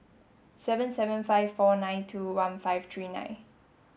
seven seven five four nine two one five three nine